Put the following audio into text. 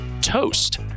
toast